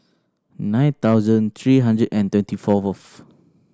nine thousand three hundred and twenty four fourth